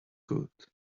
could